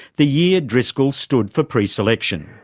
the year driscoll stood for pre-selection.